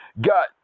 got